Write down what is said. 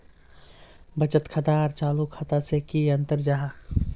बचत खाता आर चालू खाता से की अंतर जाहा?